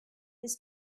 his